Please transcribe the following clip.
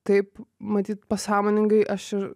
taip matyt pasąmoningai aš ir